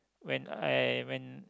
when I when